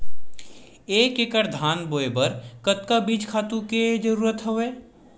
एक एकड़ धान बोय बर कतका बीज खातु के जरूरत हवय?